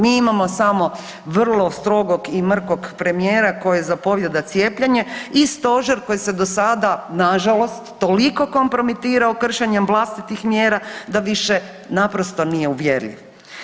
Mi imamo samo vrlo strogog i mrkog premijera koji zapovijeda cijepljenje i Stožer koji se do sada na žalost toliko kompromitirao kršenjem vlastitih mjera da više naprosto nije uvjerljiv.